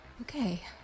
Okay